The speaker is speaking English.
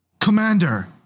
Commander